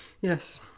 Yes